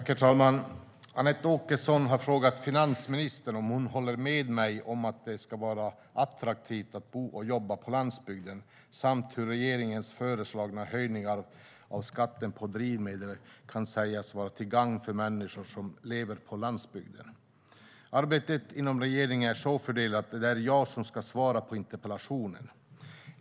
Herr talman! Anette Åkesson har frågat finansministern om hon håller med mig om att det ska vara attraktivt att bo och jobba på landsbygden samt hur regeringens föreslagna höjningar av skatten på drivmedel kan sägas vara till gagn för människor som lever på landsbygden. Arbetet inom regeringen är så fördelat att det är jag som ska svara på interpellationen.